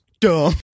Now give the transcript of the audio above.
dumb